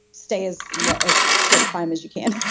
stay as like as short time as you can